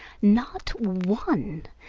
not one!